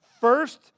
first